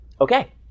Okay